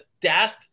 death